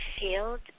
field